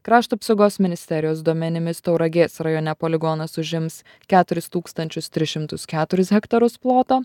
krašto apsaugos ministerijos duomenimis tauragės rajone poligonas užims keturis tūkstančius tris šimtus keturis hektarus ploto